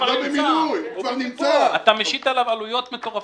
אתה משית עליו עלויות מטורפות.